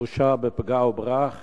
הורשע בפגע-וברח